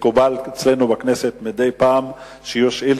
מקובל אצלנו בכנסת שיהיו מדי פעם שאילתות